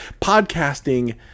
podcasting